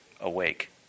awake